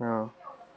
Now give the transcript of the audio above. ya